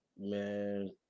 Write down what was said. Man